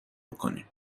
میکنیم